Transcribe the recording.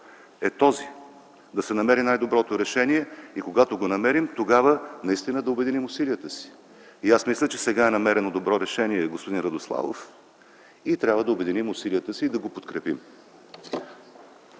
е този: да се намери най-доброто решение и когато го намерим, тогава наистина да обединим усилията си. Мисля, че сега е намерено добро решение, господин Радославов. Трябва да обединим усилията си и да го подкрепим.